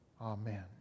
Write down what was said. Amen